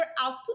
output